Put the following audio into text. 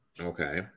Okay